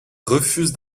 refuse